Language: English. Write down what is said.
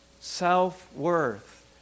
Self-worth